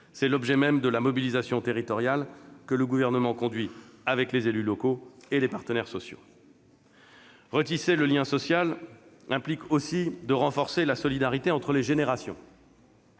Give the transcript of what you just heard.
C'est l'objet même de la mobilisation territoriale que le Gouvernement conduit avec les élus locaux et les partenaires sociaux. Retisser le lien social implique aussi de renforcer la solidarité entre les générations.